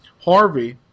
Harvey